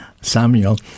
Samuel